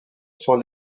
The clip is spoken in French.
sont